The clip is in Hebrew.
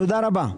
תודה רבה.